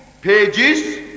pages